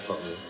COVID